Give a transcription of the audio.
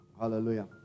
Hallelujah